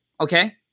Okay